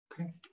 okay